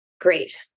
great